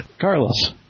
Carlos